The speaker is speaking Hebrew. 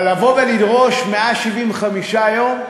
אבל לבוא ולדרוש 175 יום?